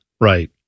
Right